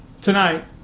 Tonight